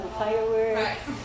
fireworks